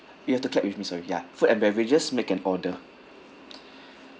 you have to clap with me sorry ya food and beverages make an order